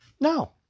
No